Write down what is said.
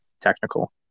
technical